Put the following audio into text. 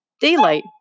Daylight